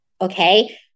Okay